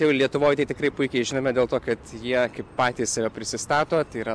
jau lietuvoj tai tikrai puikiai žinome dėl to kad jie patys save prisistato tai yra